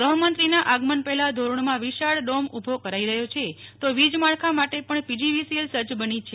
ગૃહમંત્રીના આગમન પહેલાં ધોરડોમાં વિશાળ ડોમ ઉભો કરાઇ રહ્યો છે તો વીજ માળખા માટે પણ પીજીવીસીએલ સજ્જ બની છે